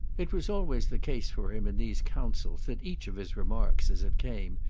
it was always the case for him in these counsels that each of his remarks, as it came,